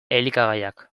elikagaiak